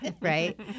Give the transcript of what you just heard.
Right